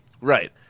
right